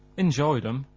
enjoyed em,